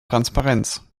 transparenz